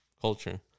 culture